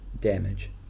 damage